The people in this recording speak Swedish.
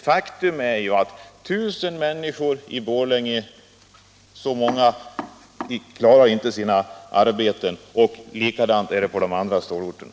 Faktum är ju att I 000 människor i Borlänge inte får behålla sina arbeten, och likadant är det på de andra stålorterna.